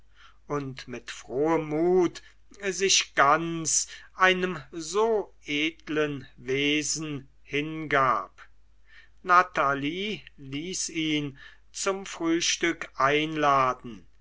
und mit frohem mut sich ganz einem so edlen wesen hingab natalie ließ ihn zum frühstück einladen